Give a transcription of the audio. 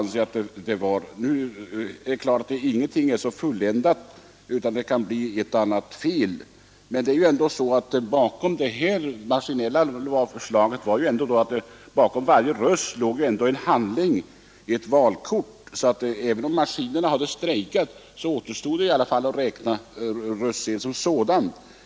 Naturligtvis är inget så fulländat att det inte kan uppstå något fel, men det maskinella förfarande som föreslogs innebar dock att bakom varje röst fanns en handling, ett valkort. Om maskinerna hade strejkat kunde man alltså ha räknat röstsedlarna.